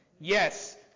Yes